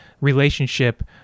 relationship